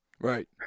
Right